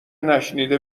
نشنیده